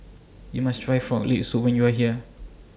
YOU must Try Frog Leg Soup when YOU Are here